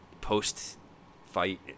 post-fight